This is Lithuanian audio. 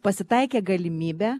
pasitaikė galimybė